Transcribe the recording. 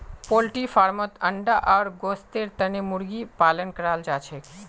poultry फार्मत अंडा आर गोस्तेर तने मुर्गी पालन कराल जाछेक